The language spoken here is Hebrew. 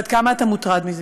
ועד כמה אתה מוטרד מזה.